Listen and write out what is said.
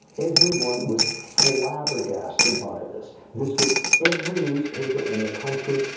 everyone was flabbergasted by this. this was every newspaper in the country,